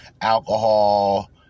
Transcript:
alcohol